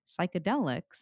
psychedelics